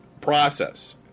process